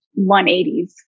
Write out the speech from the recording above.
180s